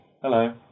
Hello